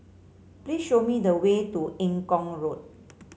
please show me the way to Eng Kong Road